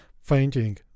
fainting